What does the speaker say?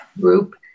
group